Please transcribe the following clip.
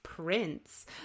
Prince